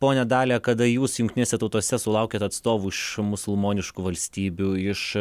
ponia dalia kada jūs jungtinėse tautose sulaukėt atstovų iš musulmoniškų valstybių iš